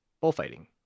bullfighting